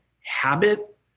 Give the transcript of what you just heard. habit